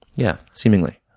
yeah. seemingly.